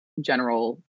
general